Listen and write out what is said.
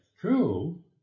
true